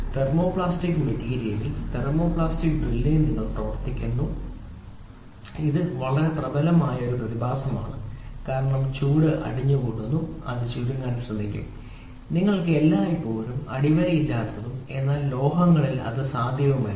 thermoplastic material thermoplastic ഡ്രില്ലിംഗിൽ നിങ്ങൾ പ്രവർത്തിക്കാൻ തുടങ്ങുമ്പോൾ ഇത് വളരെ പ്രബലമായ ഒരു പ്രതിഭാസമാണ് കാരണം ചൂട് അടിഞ്ഞു കൂടുന്നു അത് ചുരുങ്ങാൻ ശ്രമിക്കും നിങ്ങൾക്ക് എപ്പോൾ അടിവരയില്ലാത്തതും എന്നാൽ ലോഹങ്ങളിൽ അത് സാധ്യമല്ല